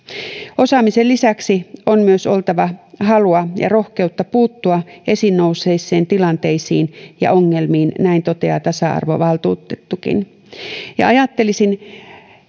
osaamisen lisäksi on myös oltava halua ja rohkeutta puuttua esiin nousseisiin tilanteisiin ja ongelmiin näin toteaa tasa arvovaltuutettukin ajattelisin